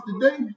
today